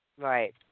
Right